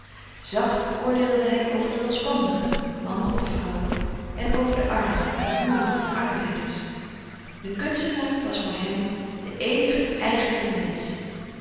zacht oordeelde hij over de losbandigen mannen of vrouwen en over de armen de boeren en arbeiders de kunstenaar was voor hem de eenige eigenlijke mensch